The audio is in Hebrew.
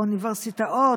באוניברסיטאות,